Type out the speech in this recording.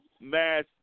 mass